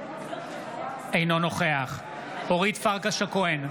אינו נוכח אורית פרקש הכהן,